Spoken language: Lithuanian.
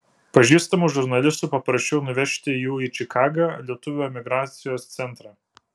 pažįstamų žurnalistų paprašiau nuvežti jų į čikagą lietuvių emigracijos centrą